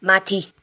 माथि